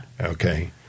Okay